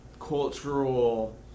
cultural